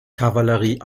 kavallerie